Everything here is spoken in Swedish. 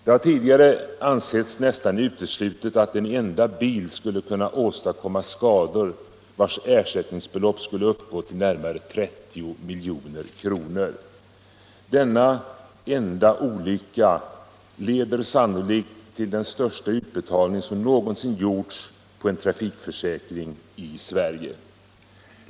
Det har tidigare ansetts nästan uteslutet att en enda bil skulle kunna åstadkomma skador, för vilka ersättningsbeloppet skulle uppgå till närmare 30 milj.kr. Denna enda olycka leder sannolikt till den största utbetalning som någonsin gjorts på en trafikförsäkring i Sverige.